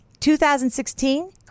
2016